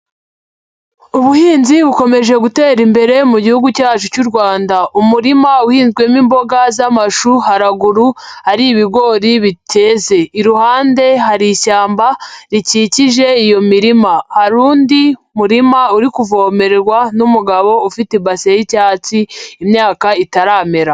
Ubuhinzi bukomeje gutera imbere mu gihugu cyacu cy'u Rwanda. Umurima uhinzwemo imboga z'amashu, haraguru hari ibigori biteze. Iruhande hari ishyamba rikikije iyo mirima. Hari undi murima uri kuvomererwa n'umugabo ufite ibase y'icyatsi imyaka itaramera.